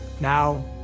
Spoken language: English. Now